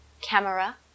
camera